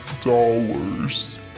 dollars